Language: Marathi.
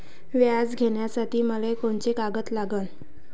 व्याज घ्यासाठी मले कोंते कागद लागन?